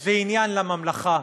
זה עניין לממלכה,